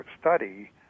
study